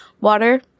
water